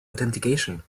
authentication